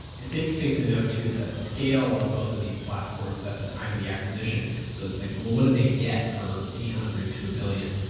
it's interesting to know, too, the scale of both of these platforms at the time of the acquisition. so it's like, what do they get for eight hundred to a billion?